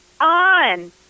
on